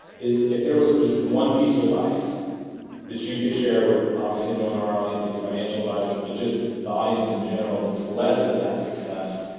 if there was just one piece of advice that you could share with obviously knowing our audience as financial advisors but just the audience in general that's led to that success,